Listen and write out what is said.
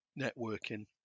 networking